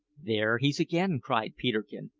there he's again! cried peterkin,